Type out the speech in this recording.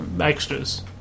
extras